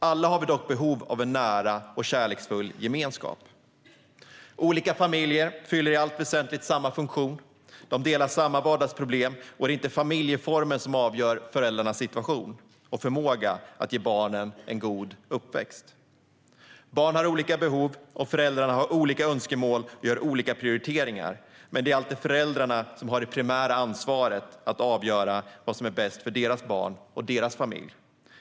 Alla har vi dock behov av en nära och kärleksfull gemenskap. Olika familjer fyller i allt väsentligt samma funktion. De delar samma vardagsproblem, och det är inte familjeformen som avgör föräldrarnas situation och förmåga att ge barnen en god uppväxt. Barn har olika behov, och föräldrarna har olika önskemål och gör olika prioriteringar. Men det är alltid föräldrarna som har det primära ansvaret att avgöra vad som är bäst för deras barn och deras familj.